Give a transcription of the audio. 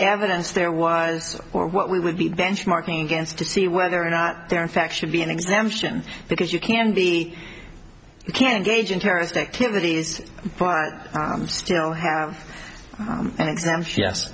evidence there was or what we would be benchmarking against to see whether or not there in fact should be an exemption because you can be can gauge in terrorist activities